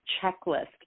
checklist